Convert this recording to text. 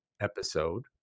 episode